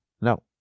No